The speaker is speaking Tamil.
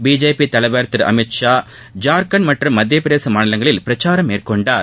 பிஜேபி தலைவர் திரு அமித் ஷா ஜார்கண்ட் மற்றும் மத்தியப்பிரதேச மாநிலங்களில் பிரச்சாரம் மேற்கொண்டார்